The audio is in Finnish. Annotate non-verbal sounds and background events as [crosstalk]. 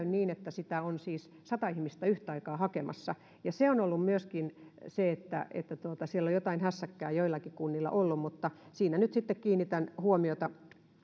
[unintelligible] niin että sitä on siis sata ihmistä yhtä aikaa hakemassa se on ollut myöskin se että että siellä on jotain hässäkkää joillakin kunnilla ollut mutta siihen nyt sitten kiinnitän huomiota